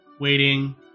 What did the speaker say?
waiting